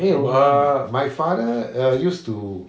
没有 err my father used to